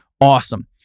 awesome